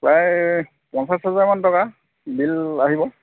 প্ৰায় পঞ্চাছ হাজাৰমান টকা বিল আহিব